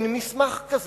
אין מסמך כזה.